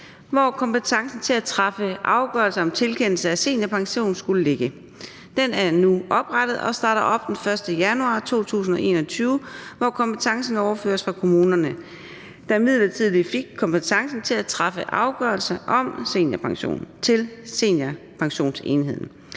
hvor kompetencen til at træffe afgørelse om tilkendelse af seniorpension skulle ligge. Den er nu oprettet og starter op den 1. januar 2021, hvor kompetencen overføres fra kommunerne, der midlertidigt fik kompetencen til at træffe afgørelse om seniorpension, til Seniorpensionsenheden.